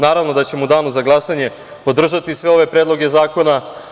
Naravno da ćemo u danu za glasanje podržati sve ove predloge zakona.